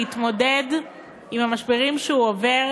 להתמודד עם המשברים שהוא עובר